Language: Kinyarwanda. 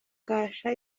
kasha